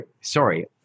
sorry